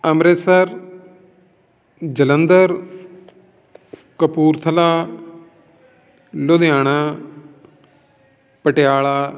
Amritsar Jalandhar Kapurthala Ludhiana Patiala